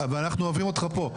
אבל אנחנו אוהבים אותך פה,